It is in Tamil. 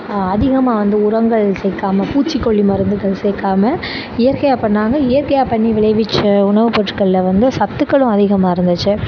அதிகமாக வந்து உரங்கள் சேர்க்காம பூச்சி கொல்லி மருந்துகள் சேர்க்காம இயற்கையாக பண்ணிணாங்க இயற்கையாக பண்ணி விளைவித்த உணவு பொருட்களில் வந்து சத்துக்களும் அதிகமாக இருந்துச்சு